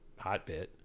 Hotbit